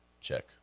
check